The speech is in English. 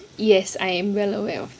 yes I am well aware of that